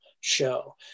show